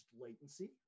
latency